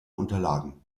unterlagen